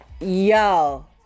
yo